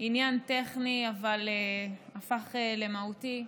עניין טכני, אבל הפך למהותי,